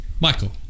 Michael